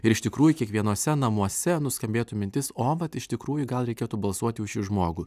ir iš tikrųjų kiekvienuose namuose nuskambėtų mintis o vat iš tikrųjų gal reikėtų balsuoti už šį žmogų